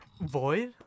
void